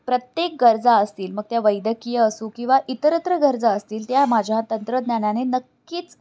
प्रत्येक गरजा असतील मग त्या वैदकीय असू किंवा इतरत्र गरजा असतील त्या माझ्या तंत्रज्ञानाने नक्कीच